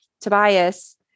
Tobias